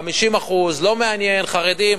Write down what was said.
50%. לא מעניין חרדים,